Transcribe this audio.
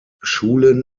schulen